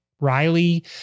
Riley